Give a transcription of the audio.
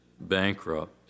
bankrupt